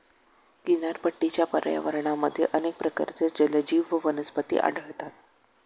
किनारपट्टीच्या पर्यावरणामध्ये अनेक प्रकारचे जलजीव व वनस्पती आढळतात